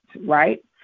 right